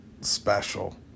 special